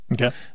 Okay